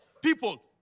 people